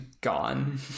gone